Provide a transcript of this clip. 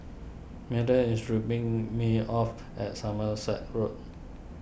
Milton is dropping me off at Somerset Road